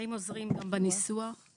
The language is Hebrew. האם עוזרים גם בניסוח.